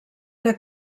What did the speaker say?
que